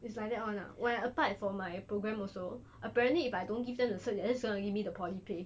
it's like that ah when I applied for my program also apparently if I don't give them the cert they're just going to give me the poly pay